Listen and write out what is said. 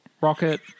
Rocket